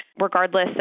regardless